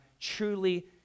truly